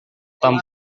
tom